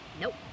Nope